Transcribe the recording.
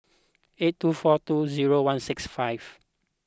eight two four two zero one six five